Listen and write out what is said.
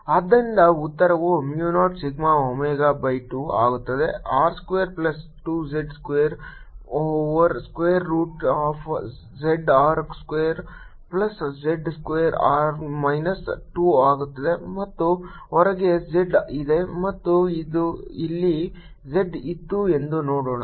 ಆದ್ದರಿಂದ ಉತ್ತರವು mu 0 sigma omega by 2 ಆಗುತ್ತದೆ R square plus 2 z square over square root of z R square plus z square minus 2 ಆಗುತ್ತದೆ ಮತ್ತು ಹೊರಗೆ z ಇದೆ ಮತ್ತು ಇಲ್ಲಿ z ಇತ್ತು ಎಂದು ನೋಡೋಣ